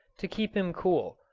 to keep him cool,